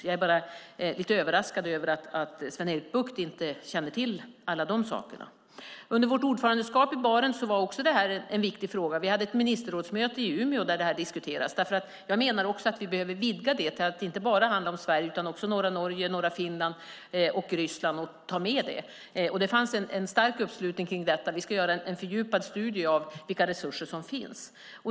Jag är bara lite överraskad över att Sven-Erik Bucht inte känner till alla de sakerna. Under vårt ordförandeskap i Barentsrådet var detta också en viktig fråga. Vid ett ministerrådsmöte i Umeå diskuterades frågan. Jag menar att vi behöver vidga detta till att inte bara handla om Sverige utan också om norra Norge, norra Finland och Ryssland. Det fanns en stark uppslutning i denna fråga. Vi ska göra en fördjupad studie av vilka resurser som finns.